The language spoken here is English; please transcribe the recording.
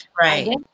right